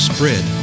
Spread